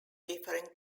different